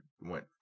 went